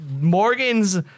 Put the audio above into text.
Morgan's